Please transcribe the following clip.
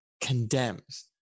condemns